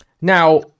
Now